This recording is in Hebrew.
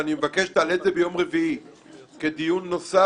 תעלה את זה עד יום רביעי כדיון נוסף